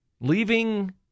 Leaving